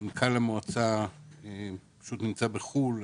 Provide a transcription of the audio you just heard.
הנוסח של סעיף (ג) הוא נוסח שמנוגד לכל הקונספט של חוזים